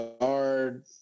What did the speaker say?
guard